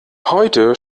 heute